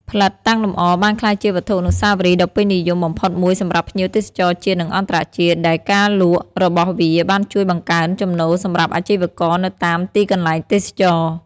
ផ្លិតតាំងលម្អបានក្លាយជាវត្ថុអនុស្សាវរីយ៍ដ៏ពេញនិយមបំផុតមួយសម្រាប់ភ្ញៀវទេសចរណ៍ជាតិ និងអន្តរជាតិ ដែលការលក់របស់វាបានជួយបង្កើនចំណូលសម្រាប់អាជីវករនៅតាមទីកន្លែងទេសចរណ៍។